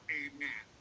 amen